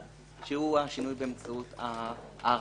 כי זה לא שני צדדים של מטבע.